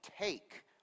take